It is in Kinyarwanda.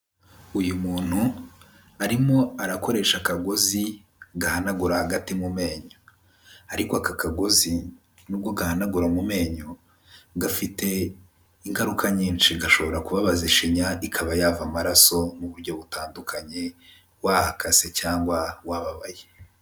Uyu muntu, arimo arakoresha akagozi gahanagura hagati mu menyo ariko aka kagozi, nubwo gahanagura mu menyo, gafite ingaruka nyinshi. Gashobora kubabaza ishinya ikaba yava amaraso mu buryo butandukanye, wahakase cyangwa wababaye.